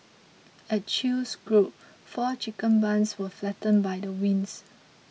at chew's group four chicken barns were flattened by the winds